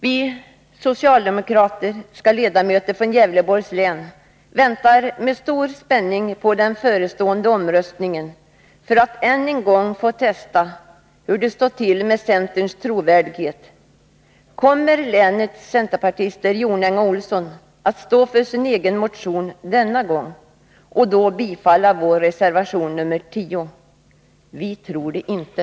Vi socialdemokratiska ledamöter från Gävleborgs län väntar med stor spänning på den förestående omröstningen för att än en gång få testa hur det står till med centerns trovärdighet. Kommer länets centerpartister — Gunnel Jonäng och Johan Olsson — att stå för sin egen motion denna gång och bifalla vår reservation nr 10? Vi tror det inte.